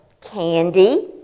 candy